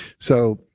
so,